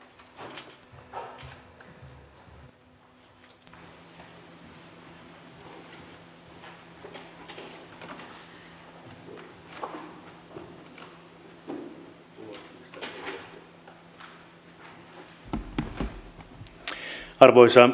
arvoisa rouva puhemies